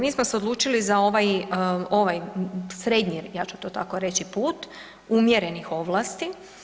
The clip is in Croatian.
Mi smo se odlučili za ovaj, ovaj srednji ja ću to tako reći put umjerenih ovlasti.